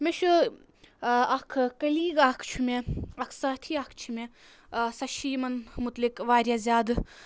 مےٚ چھُ اَکھ کٔلیٖگ اَکھ چھُ مےٚ اَکھ ساتھی اَکھ چھِ مےٚ سۄ چھِ یِمَن مُتعلِق واریاہ زیادٕ